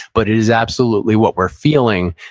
but it is absolutely what we're feeling,